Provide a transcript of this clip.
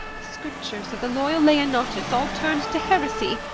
the scriptures of the loyal leonatus all turn'd to heresy?